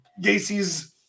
Gacy's